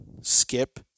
Skip